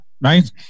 Right